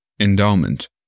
Endowment